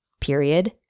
period